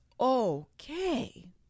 okay